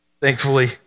thankfully